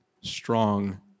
strong